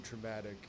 traumatic